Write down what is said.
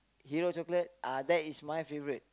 hero chocolate uh that is my favourite